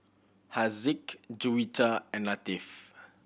Haziq Juwita and Latif